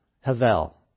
havel